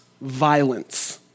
violence